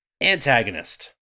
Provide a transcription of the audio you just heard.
Antagonist